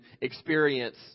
experience